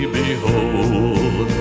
behold